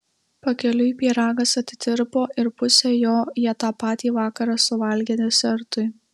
pakeliui pyragas atitirpo ir pusę jo jie tą patį vakarą suvalgė desertui